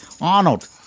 Arnold